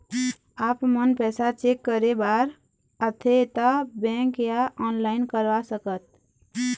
आपमन पैसा चेक करे बार आथे ता बैंक या ऑनलाइन करवा सकत?